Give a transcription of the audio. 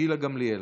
גילה גמליאל.